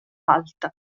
alta